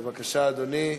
בבקשה, אדוני,